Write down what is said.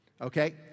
Okay